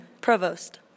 Provost